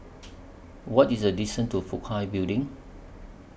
What IS The distance to Fook Hai Building